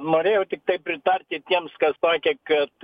norėjau tiktai pritarti tiems kas sakė kad